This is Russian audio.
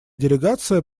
делегация